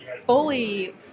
fully